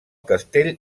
castell